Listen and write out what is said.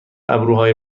ابروهای